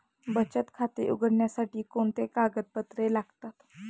बचत खाते उघडण्यासाठी कोणती कागदपत्रे लागतात?